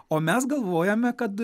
o mes galvojome kad